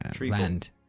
land